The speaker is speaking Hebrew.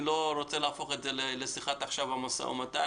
אני לא רוצה להפוך את זה לשיחת משא ומתן.